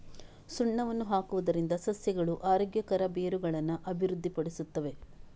ಸುಣ್ಣವನ್ನು ಹಾಕುವುದರಿಂದ ಸಸ್ಯಗಳು ಆರೋಗ್ಯಕರ ಬೇರುಗಳನ್ನು ಅಭಿವೃದ್ಧಿಪಡಿಸುತ್ತವೆ